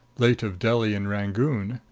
late of delhi and rangoon,